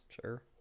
Sure